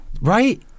Right